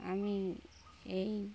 আমি এই